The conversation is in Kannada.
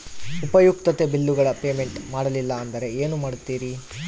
ಉಪಯುಕ್ತತೆ ಬಿಲ್ಲುಗಳ ಪೇಮೆಂಟ್ ಮಾಡಲಿಲ್ಲ ಅಂದರೆ ಏನು ಮಾಡುತ್ತೇರಿ?